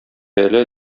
әле